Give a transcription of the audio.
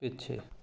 ਪਿੱਛੇ